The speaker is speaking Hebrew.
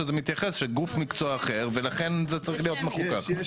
או שזה מתייחס שגוף מקצועי אחר ולכן זה צריך להיות מחוקק?